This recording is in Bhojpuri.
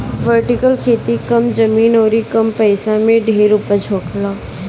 वर्टिकल खेती कम जमीन अउरी कम पइसा में ढेर उपज होखेला